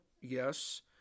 Yes